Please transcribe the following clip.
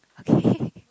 okay